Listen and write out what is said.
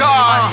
God